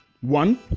One